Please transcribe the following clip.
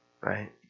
Right